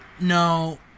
No